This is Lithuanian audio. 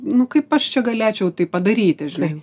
nu kaip aš čia galėčiau tai padaryti žinai